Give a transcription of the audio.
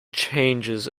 changes